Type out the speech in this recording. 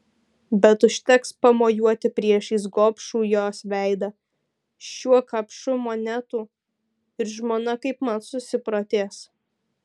bet užteks pamojuoti priešais gobšų jos veidą šiuo kapšu monetų ir žmona kaipmat susiprotės